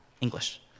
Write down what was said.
English